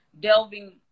delving